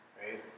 right